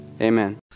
Amen